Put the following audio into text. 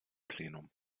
plenum